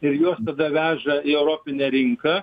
ir juos tada veža į europinę rinką